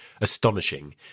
astonishing